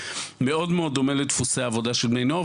מאוד דומה לדפוסי העבודה של בני נוער.